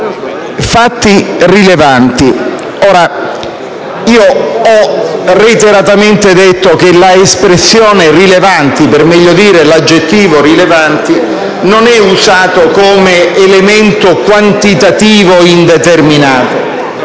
fatti rilevanti. Io ho reiteratamente detto che l'espressione «rilevanti», l'aggettivo «rilevanti», non è usato come elemento quantitativo indeterminato.